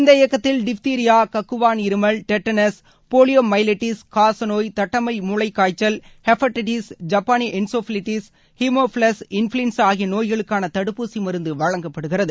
இந்த இயக்கத்தில் டிப்திரியா கக்குவான் இருமல் டெட்டனஸ் போலியோமைலெட்டிஸ் காசநோய் தட்டம்மை மூளைக்காய்ச்சல் ஹப்பாடிடிஸ் பி ஜப்பாளிய என்கெஃபாலிட்டிஸ் ஹிமோஃபலைஸ் இன்ஃபிலின்சா ஆகிய நோய்களுக்கான தடுப்பூசி மருந்து வழங்கப்படுகிறது